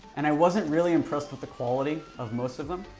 and i wasn't really impressed with the quality of most of them.